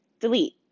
delete